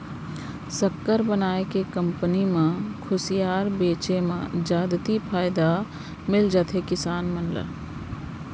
सक्कर बनाए के कंपनी म खुसियार बेचे म जादति फायदा मिल जाथे किसान मन ल